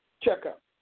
checkup